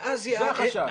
זה החשש.